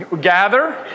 gather